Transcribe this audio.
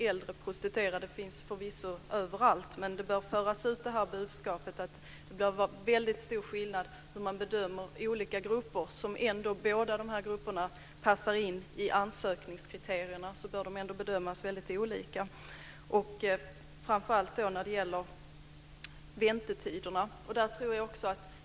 Äldre prostituerade finns förvisso överallt. Budskapet bör föras ut att även om de olika grupperna passar in i ansökningskriterierna ska de ändå bedömas olika framför allt i fråga om väntetiderna.